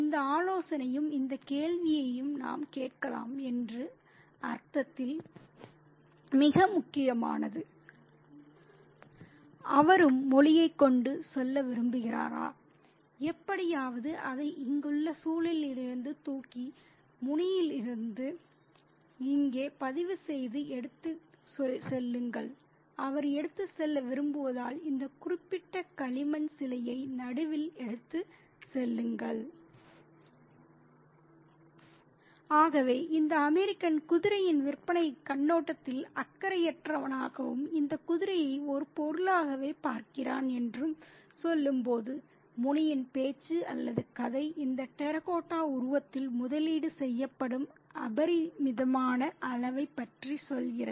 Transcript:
இந்த ஆலோசனையும் இந்த கேள்வியை நாம் கேட்கலாம் என்ற அர்த்தத்தில் மிக முக்கியமானது அவரும் மொழியைக் கொண்டு செல்ல விரும்புகிறாரா எப்படியாவது அதை இங்குள்ள சூழலில் இருந்து தூக்கி முனியிலிருந்து இங்கே பதிவுசெய்து எடுத்துச் செல்லுங்கள் அவர் எடுத்துச் செல்ல விரும்புவதால் இந்த குறிப்பிட்ட களிமண் சிலையை நடுவில் எடுத்துச் செல்லுங்கள் ஆகவே இந்த அமெரிக்கன் குதிரையின் விற்பனைக் கண்ணோட்டத்தில் அக்கறையற்றவனாகவும் இந்த குதிரையை ஒரு பொருளாகவே பார்க்கிறான் என்றும் சொல்லும்போது முனியின் பேச்சு அல்லது கதை இந்த டெரகோட்டா உருவத்தில் முதலீடு செய்யப்படும் அபரிமிதமான அளவைப் பற்றி சொல்கிறது